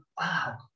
wow